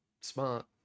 smart